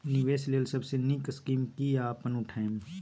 निवेश लेल सबसे नींक स्कीम की या अपन उठैम?